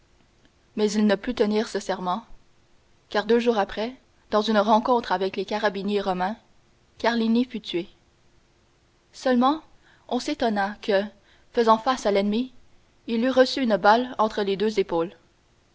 mais il ne put tenir ce serment car deux jours après dans une rencontre avec les carabiniers romains carlini fut tué seulement on s'étonna que faisant face à l'ennemi il eût reçu une balle entre les deux épaules